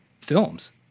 films